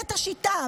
בית השיטה,